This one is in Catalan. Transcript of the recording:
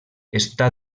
està